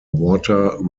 water